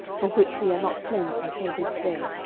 from which we are not cleansed until this day,